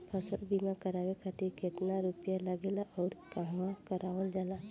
फसल बीमा करावे खातिर केतना रुपया लागेला अउर कहवा करावल जाला?